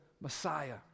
Messiah